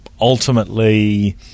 ultimately